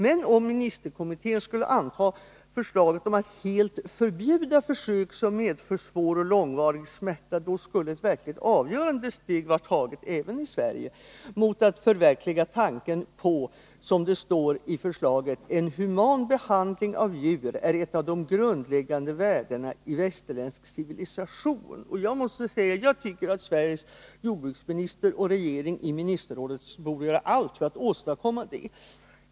Men om ministerkommittén skulle anta förslaget att helt förbjuda försök som medför svår och långvarig smärta, då skulle ett verkligt avgörande steg vara taget även i Sverige mot att förverkliga tanken på, som det står i förslaget, att en human behandling av djur är ett av de grundläggande värdena i västerländsk civilisation. Jag tycker att Sveriges jordbruksminister och regering i ministerrådet borde göra allt för att åstadkomma det.